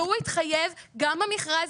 והוא התחייב גם במכרז,